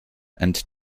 and